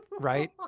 right